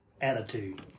attitude